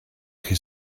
chi